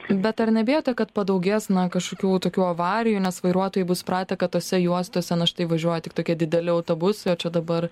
bet ar nebijote kad padaugės na kažkokių tokių avarijų nes vairuotojai bus pratę kad tose juostose na štai važiuoja tik tokie dideli autobusai o čia dabar